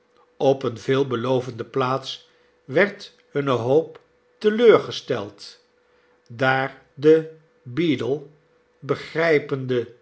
op eene veelbelovende plaats werd hunne hoop te leur gesteld daar de beadle